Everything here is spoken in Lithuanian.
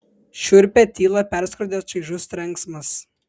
šiurpią tylą perskrodė čaižus trenksmas